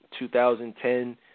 2010